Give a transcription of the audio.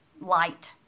light